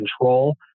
control